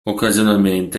occasionalmente